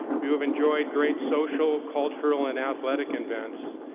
you have enjoyed great social, cultural, and athletic events,